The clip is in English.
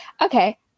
Okay